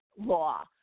law